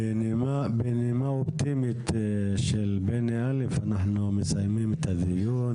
ובנימה אופטימית של בני א' אנחנו מסיימים את הדיון,